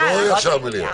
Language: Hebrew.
לא ישר מליאה.